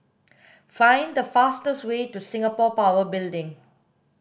find the fastest way to Singapore Power Building